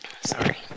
sorry